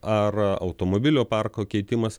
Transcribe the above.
ar automobilių parko keitimas